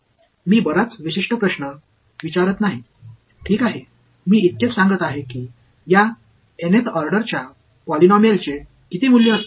मी बराच विशिष्ट प्रश्न विचारत नाही ठीक आहे मी इतकेच सांगत आहे की या Nth ऑर्डरच्या पॉलिनॉमियलचे किती मूळ असतील